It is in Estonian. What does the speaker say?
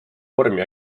vormi